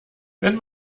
wenn